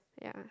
yeah